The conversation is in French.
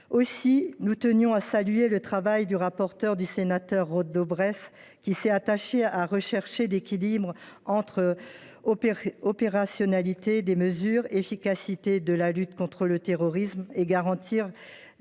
Aussi, nous tenons à saluer le travail de M. le rapporteur, Marc Philippe Daubresse, qui s’est attaché à rechercher l’équilibre entre opérationnalité des mesures, efficacité de la lutte contre le terrorisme et garantie des droits